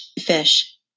Fish